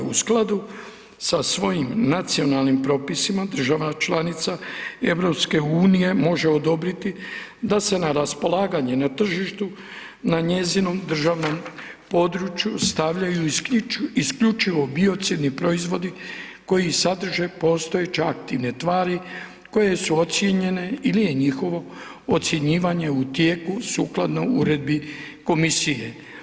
U skladu sa svojim nacionalnim propisima država članica EU može odobriti da se na raspolaganje na tržištu na njezinom državnom području stavljaju isključivo biocidni proizvodi koji sadrže postojeće aktivne tvari koje su ocijenjene ili je njihovo ocjenjivanje u tijeku sukladno uredbi komisije.